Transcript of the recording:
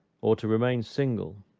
or to remain single,